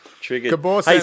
Triggered